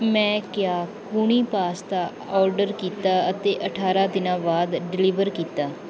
ਮੈਂ ਕਿਆ ਕੂਹਣੀ ਪਾਸਤਾ ਔਡਰ ਕੀਤਾ ਅਤੇ ਅਠਾਰ੍ਹਾਂ ਦਿਨਾਂ ਬਾਅਦ ਡਲੀਵਰ ਕੀਤਾ